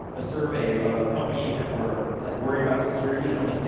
a survey of companies that were like worried about security, and only.